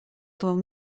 dans